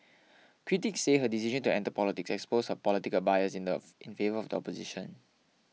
critics said her decision to enter politics exposed her political bias in of in favour of the opposition